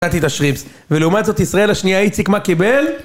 ולעומת זאת ישראל השנייה איציק מה קיבל